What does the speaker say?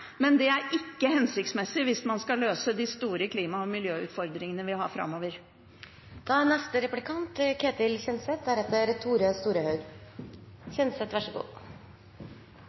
men det er ikke hensiktsmessig hvis man skal løse de store klima- og miljøutfordringene vi